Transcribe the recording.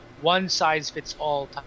one-size-fits-all